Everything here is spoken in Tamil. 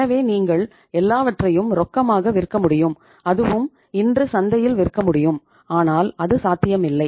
எனவே நீங்கள் எல்லாவற்றையும் ரொக்கமாக விற்க முடியும் அதுவும் இன்று சந்தையில் விற்க முடியும் ஆனால் அது சாத்தியமில்லை